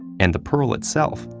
and the pearl itself,